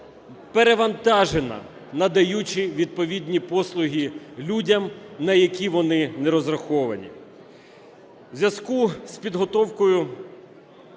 перевантажена, надаючи відповідні послуги людям, на які вони не розраховані.